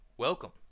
Welcome